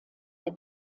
der